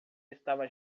estava